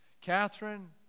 Catherine